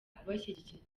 kubashyigikira